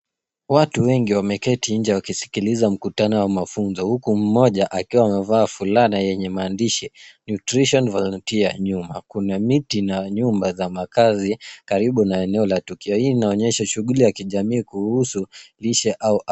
Watu wengi wameketi nje wakisikiliza mkutano wa mafunzo huku mmoja akiwa amevaa fulana yenye maandishi nutrition volunteer nyuma. Kuna miti na nyumba za makazi karibu na eneo la tukio. Hii inaonyesha shughuli ya kijamii kuhusu lishe au afya.